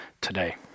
today